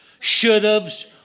should'ves